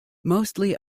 mostly